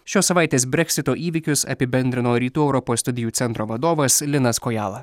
šios savaitės breksito įvykius apibendrino rytų europos studijų centro vadovas linas kojala